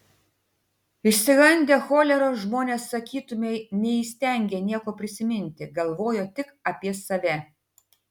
išsigandę choleros žmonės sakytumei neįstengė nieko prisiminti galvojo tik apie save